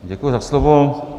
Děkuji za slovo.